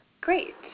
Great